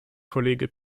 kollege